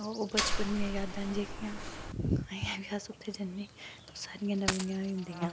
ओह् बचपन दियां यादां जेह्कियां ते अजें बी अस उत्थै जंदे सारियां नमियां गै होंदियां